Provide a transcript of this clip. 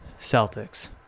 Celtics